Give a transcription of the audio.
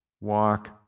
Walk